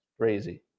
crazy